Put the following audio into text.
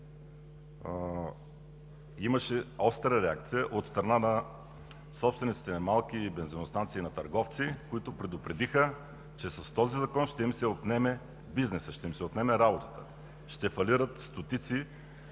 имаше остра реакция от страна на собствениците на малки бензиностанции, на търговци, които предупредиха, че с този закон ще им се отнеме бизнесът, ще им се отнеме работата, ще фалират стотици,